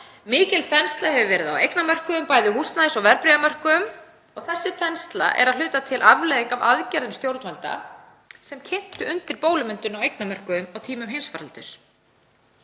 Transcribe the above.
Mikil þensla hefur verið á eignamörkuðum, bæði húsnæðis- og verðbréfamörkuðum. Þessi þensla er að hluta til afleiðing af aðgerðum stjórnvalda sem kyntu undir bólumyndun á eignamörkuðum á tímum heimsfaraldurs.